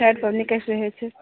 छठि पबनीके होइत छै